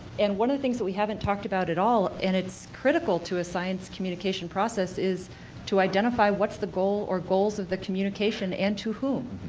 and one of the things that we haven't talked about at all, and its critical to a science communication process, is to identify what's the goal or goals of the communication and to whom.